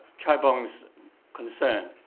chaibong's concerned.